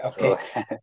okay